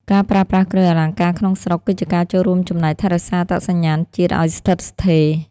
ការប្រើប្រាស់គ្រឿងអលង្ការក្នុងស្រុក គឺជាការចូលរួមចំណែកថែរក្សាអត្តសញ្ញាណជាតិឱ្យស្ថិតស្ថេរ។